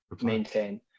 maintain